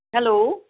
hello